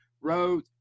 wrote